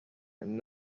and